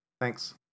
Thanks